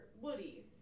Woody